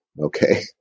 Okay